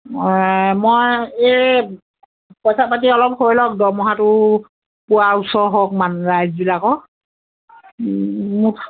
মই এই পইচা পাতি অলপ হৈ লওক দৰমহাটো পোৱা ওচৰ হওক মান ৰাইজবিলাকৰ মোক